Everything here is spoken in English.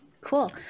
cool